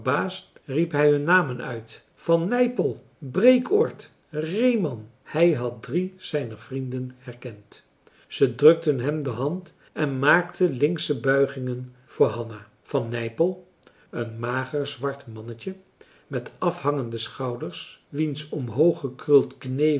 riep hij hun namen uit van nypel breekoord reeman hij had drie zijner vrienden herkend zij drukten hem de hand en maakten linksche buigingen voor hanna van nypel een mager zwart mannetje met afhangende schouders wiens omhooggekruld